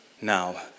Now